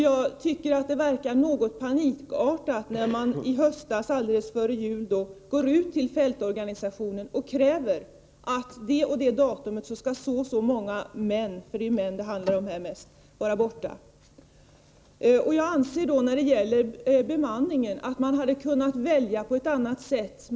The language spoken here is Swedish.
Jag tycker att det verkade panikartat när man i höstas alldeles före jul gick ut till fältorganisationen och krävde att ett visst antal män — det är mest män det handlar om -— skall vara borta vid ett visst datum. Jag anser att man hade kunnat välja på ett annat sätt i vad gäller bemanningen.